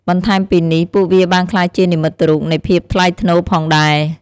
បន្ថែមពីនេះ ពួកវាបានក្លាយជានិមិត្តរូបនៃភាពថ្លៃថ្នូរផងដែរ។